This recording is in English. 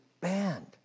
banned